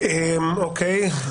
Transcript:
אוקיי.